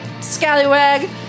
scallywag